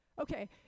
Okay